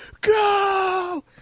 go